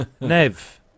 Nev